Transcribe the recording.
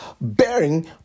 bearing